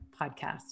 podcast